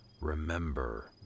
remember